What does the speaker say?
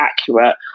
accurate